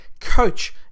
coach